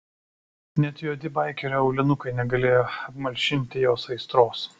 net juodi baikerio aulinukai negalėjo apmalšinti jos aistros